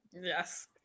Yes